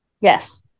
Yes